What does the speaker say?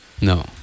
No